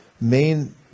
main